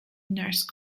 nurse